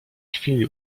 chwili